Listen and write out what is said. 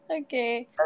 okay